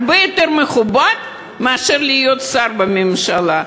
הרבה יותר מכובד מאשר להיות שר בממשלה.